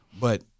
but-